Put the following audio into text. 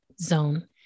zone